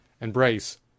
embrace